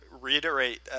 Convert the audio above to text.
reiterate